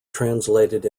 translated